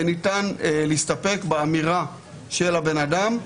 וניתן להסתפק באמירה של הבן אדם.